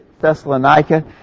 Thessalonica